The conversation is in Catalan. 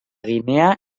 guinea